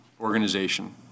organization